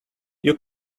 you